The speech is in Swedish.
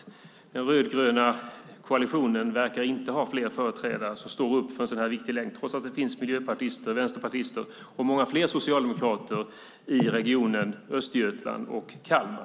Den rödgröna koalitionen verkar inte ha fler företrädare som står upp för en sådan här viktig länk trots att det finns miljöpartister, vänsterpartister och många fler socialdemokrater i regionen Östergötland och Kalmar.